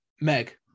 Meg